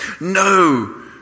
No